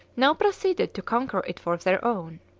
now proceeded to conquer it for their own.